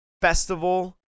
festival